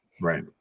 Right